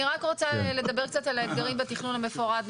אני רק רוצה לדבר קצת על האתגרים בתכנון המפורט.